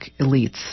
elites